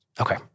Okay